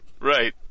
Right